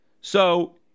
So-